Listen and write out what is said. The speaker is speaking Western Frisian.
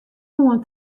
oan